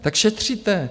Tak šetříte!